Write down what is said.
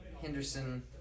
Henderson